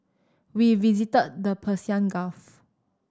we visited the Persian Gulf